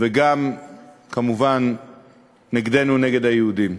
וגם כמובן נגדנו, נגד היהודים.